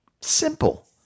Simple